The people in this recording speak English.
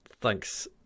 Thanks